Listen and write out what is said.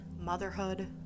motherhood